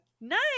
Nice